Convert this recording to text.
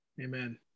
Amen